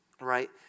right